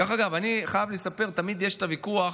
דרך אגב, אני חייב לספר שתמיד יש את הוויכוח